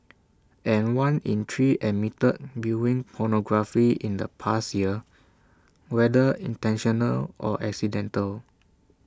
and one in three admitted viewing pornography in the past year whether intentional or accidental